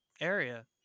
area